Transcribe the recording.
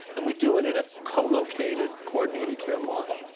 and we do it in a co-located, coordinated care model.